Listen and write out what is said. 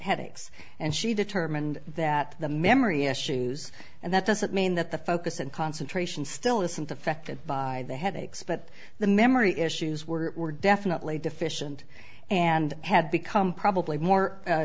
headaches and she determined that the memory issues and that doesn't mean that the focus and concentration still isn't affected by the headaches but the memory issues were definitely deficient and had become probably more